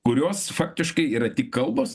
kurios faktiškai yra tik kalbos